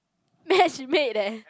match made eh